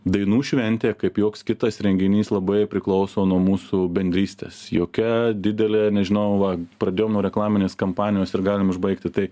dainų šventė kaip joks kitas renginys labai priklauso nuo mūsų bendrystės jokia didelė nežinau pradėjau nuo reklaminės kampanijos ir galim užbaigti tai